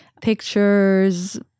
pictures